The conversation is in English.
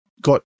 got